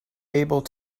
able